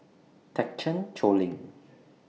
Thekchen Choling